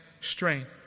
strength